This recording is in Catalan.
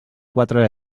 quatre